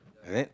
is it